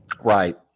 right